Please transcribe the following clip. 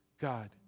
God